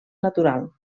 natural